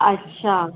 अच्छा